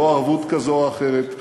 לא ערבות כזו או אחרת,